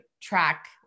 track